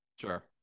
Sure